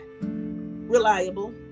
Reliable